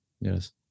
yes